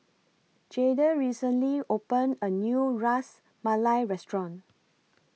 Jayde recently opened A New Ras Malai Restaurant